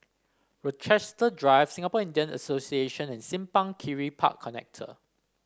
Rochester Drive Singapore Indian Association and Simpang Kiri Park Connector